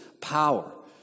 power